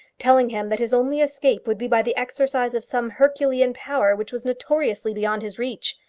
telling him that his only escape would be by the exercise of some herculean power which was notoriously beyond his reach.